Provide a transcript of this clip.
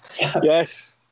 Yes